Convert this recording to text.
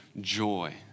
joy